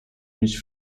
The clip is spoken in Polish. mieć